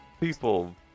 People